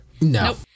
no